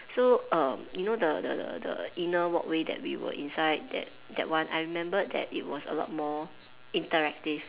so um you know the the the the inner walkway that we were inside that that one I remembered that it was a lot more interactive